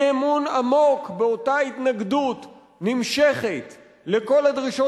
אי-אמון עמוק באותה התנגדות נמשכת לכל הדרישות